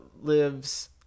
lives